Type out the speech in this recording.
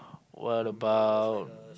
what about